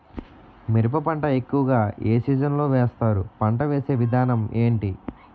మిరప పంట ఎక్కువుగా ఏ సీజన్ లో వేస్తారు? పంట వేసే విధానం ఎంటి?